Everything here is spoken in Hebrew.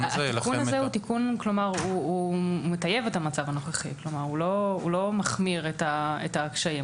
מטייב את המצב הנוכחי, הוא לא מחמיר את הקשיים.